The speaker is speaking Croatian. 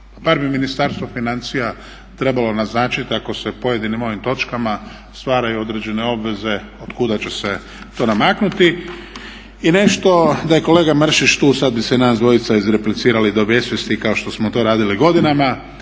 bar bi Ministarstvo financija trebalo naznačiti ako se u pojedinim ovim točkama stvaraju određene obveze od kuda će se to namaknuti. I nešto, da je kolega Mršić tu sad bi se nas dvojica izreplicirali do besvijesti kao što smo to radili godinama.